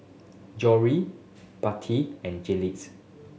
Jory and Jiles